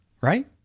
right